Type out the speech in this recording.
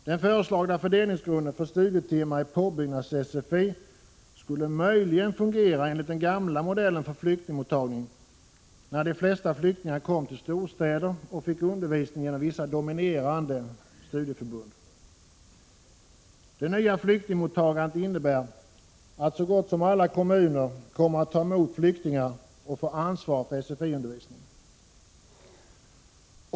Den föreslagna fördelningsgrunden för studietimmar i påbyggnads-sfi skulle möjligen fungera enligt den gamla modellen för flyktingmottagning, när de flesta flyktingarna kom till storstäder och fick undervisning genom vissa dominerande studieförbund. Det nya flyktingmottagandet innebär att så gott som alla kommuner kommer att ta emot flyktingar och få ansvar för sfi-undervisningen.